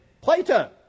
plato